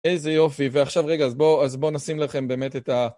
איזה יופי, ועכשיו רגע, אז בואו נשים לכם באמת את ה...